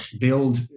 build